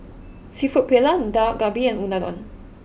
Seafood Paella Dak Galbi and Unadon